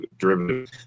derivative